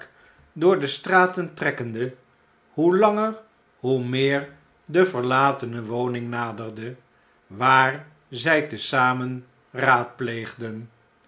door de straten tre'kkende hoe langer hoe meer de verlatene woning naderde waar zjj te zamen raadpleegden